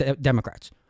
democrats